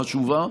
החשובה,